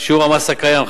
שיעור המס הקיים,